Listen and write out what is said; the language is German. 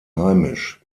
heimisch